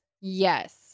Yes